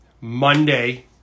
Monday